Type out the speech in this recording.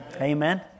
Amen